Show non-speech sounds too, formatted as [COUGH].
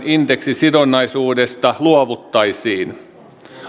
[UNINTELLIGIBLE] indeksisidonnaisuudesta luovuttaisiin